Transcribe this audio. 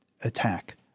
attack